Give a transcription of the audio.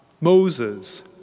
Moses